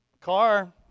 car